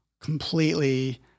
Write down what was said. completely